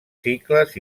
cicles